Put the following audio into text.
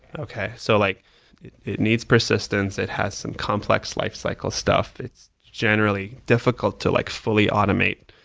okay. so like it it needs persistence. it has some complex lifecycle stuff. it's generally difficult to like fully automate.